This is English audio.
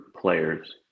players